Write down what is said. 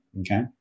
Okay